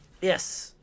Yes